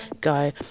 go